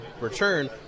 return